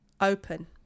open